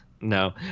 No